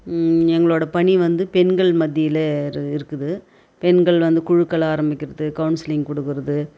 எங்களோடு பணி வந்து பெண்கள் மத்தியில் இரு இருக்குது பெண்கள் வந்து குழுக்கள் ஆரம்பிக்கிறது கவுன்சிலிங் கொடுக்குறது